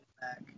back